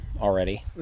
already